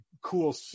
cool